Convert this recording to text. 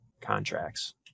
contracts